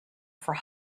for